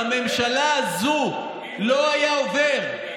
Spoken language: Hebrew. בממשלה הזאת לא היה עובר,